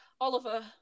Oliver